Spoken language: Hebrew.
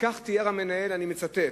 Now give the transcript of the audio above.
כך תיאר המנהל, ואני מצטט,